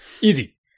Easy